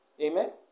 Amen